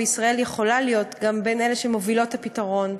וישראל יכולה להיות בין אלה שמובילות את הפתרון,